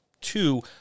two –